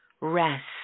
rest